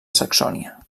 saxònia